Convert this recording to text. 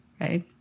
Right